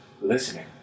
listening